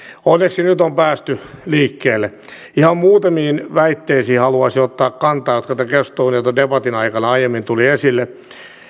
onneksi nyt on päästy liikkeelle ihan muutamiin väitteisiin haluaisin ottaa kantaa jotka tämän keskustelun ja debatin aikana aiemmin tulivat esille